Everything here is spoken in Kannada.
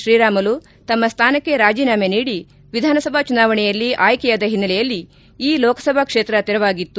ಶ್ರೀರಾಮುಲು ತಮ್ಮ ಸ್ಥಾನಕ್ಕೆ ರಾಜೀನಾಮೆ ನೀಡಿ ವಿಧಾನಸಭಾ ಚುನಾವಣೆಯಲ್ಲಿ ಆಯ್ಕೆಯಾದ ಹಿನ್ನೆಲೆಯಲ್ಲಿ ಈ ಲೋಕಸಭಾ ಕ್ಷೇತ್ರ ತೆರವಾಗಿತ್ತು